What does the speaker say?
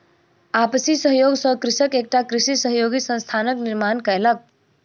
आपसी सहयोग सॅ कृषक एकटा कृषि सहयोगी संस्थानक निर्माण कयलक